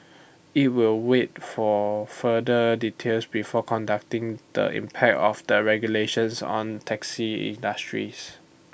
IT will wait for further details before conducting the impact of the regulations on taxi industries